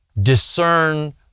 discern